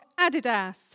Adidas